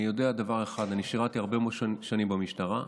אני יודע דבר אחד: אני שירתי הרבה מאוד שנים במשטרה,